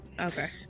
Okay